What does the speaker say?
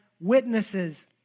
witnesses